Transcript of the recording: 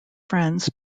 friends